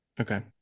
Okay